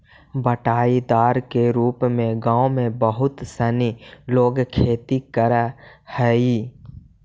बँटाईदार के रूप में गाँव में बहुत सनी लोग खेती करऽ हइ